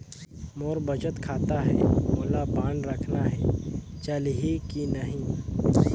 मोर बचत खाता है मोला बांड रखना है चलही की नहीं?